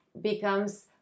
becomes